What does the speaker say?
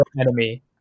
enemy